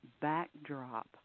backdrop